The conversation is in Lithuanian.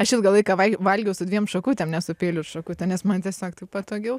aš ilgą laiką valgiau su dviem šakutėm ne su peiliu ir šakute nes man tiesiog taip patogiau